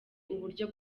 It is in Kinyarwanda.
uburyo